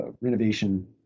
renovation